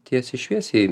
tiesiai šviesiai